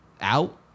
out